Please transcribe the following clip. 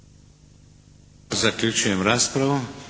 Zaključujem raspravu.